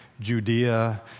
Judea